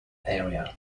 area